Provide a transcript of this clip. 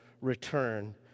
return